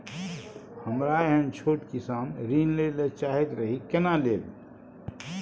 हमरा एहन छोट किसान ऋण लैले चाहैत रहि केना लेब?